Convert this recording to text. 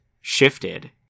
shifted